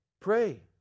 Pray